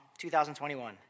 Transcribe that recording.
2021